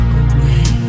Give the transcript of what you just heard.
away